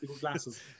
glasses